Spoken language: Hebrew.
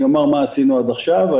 אומר מה עשינו עד עכשיו.